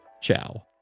ciao